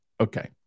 Okay